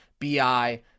bi